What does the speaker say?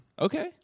okay